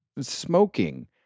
Smoking